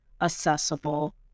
accessible